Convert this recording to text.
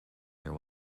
their